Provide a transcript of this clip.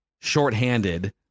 shorthanded